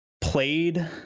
played